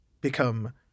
become